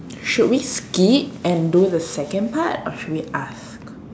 should we skip and do the second part or should we ask